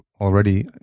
already